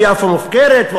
ויפו מופקרת,